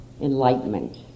enlightenment